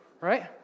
Right